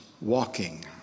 walking